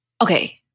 Okay